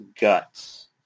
Guts